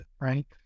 right